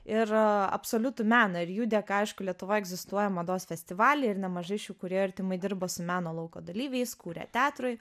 ir absoliutų meną ir jų dėka aišku lietuvoj egzistuoja mados festivaliai ir nemažai šių kūrėjų artimai dirba su meno lauko dalyviais kūrė teatrui